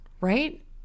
right